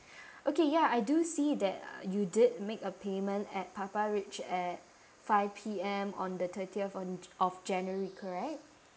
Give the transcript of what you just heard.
okay ya I do see that uh you did make a payment at PappaRich at five P_M on the thirtieth on of january correct